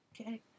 Okay